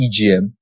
EGM